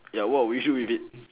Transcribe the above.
ya what you do with it